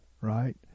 right